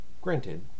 Granted